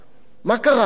מה קרה עם זה?